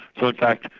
so in fact,